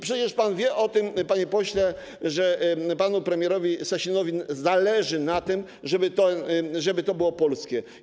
Przecież pan wie o tym, panie pośle, że panu premierowi Sasinowi zależy na tym, żeby to było polskie.